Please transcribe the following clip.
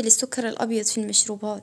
السكر.